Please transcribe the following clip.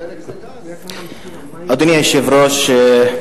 אדוני היושב-ראש,